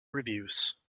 reviews